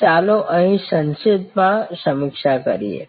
ચાલો અહીં સંક્ષિપ્તમાં સમીક્ષા કરીએ